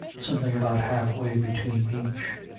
something about halfway between each.